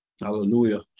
Hallelujah